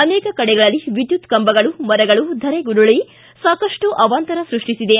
ಅನೇಕ ಕಡೆಗಳಲ್ಲಿ ವಿದ್ವುತ್ ಕಂಬಗಳು ಮರಗಳು ಧರೆಗುರುಳಿ ಸಾಕಷ್ಟು ಅವಾಂತರ ಸೃಷ್ಟಿಸಿದೆ